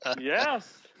Yes